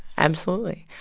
absolutely.